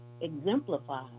exemplify